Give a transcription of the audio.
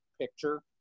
picture